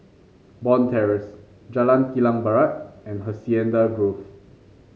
Bond Terrace Jalan Kilang Barat and Hacienda Grove